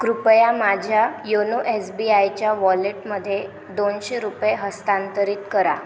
कृपया माझ्या YONO S B आयच्या वॉलेटमध्ये दोनशे रुपये हस्तांतरित करा